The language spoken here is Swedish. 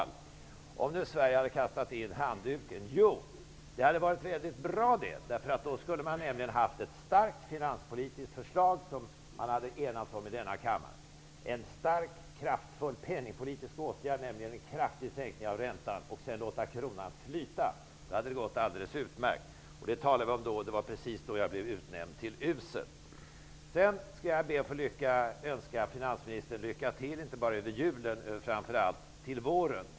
Men om nu Sverige hade kastat in handduken, hade det varit väldigt bra, eftersom man då skulle ha haft ett starkt finanspolitiskt förslag, som vi hade kunnat enas om i denna kammare -- en stark och kraftfull penningpolitisk åtgärd, nämligen en kraftig sänkning av räntan. Sedan hade man kunnat låta kronan flyta. Då hade det gått alldeles utmärkt. Det talade vi om då, och det var precis då jag blev utnämnd till usel. Sedan skall jag be att få önska finansministern lycka till inte bara inför julen utan framför allt till våren.